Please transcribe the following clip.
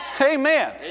Amen